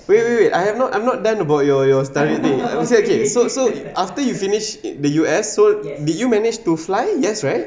wait wait wait I have no I'm not done about your your story so okay so so after you finish in the U_S so did you manage to fly yes right